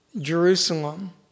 Jerusalem